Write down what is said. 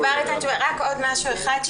רק עוד משהו אחד,